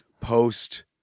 post